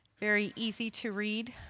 very easy to read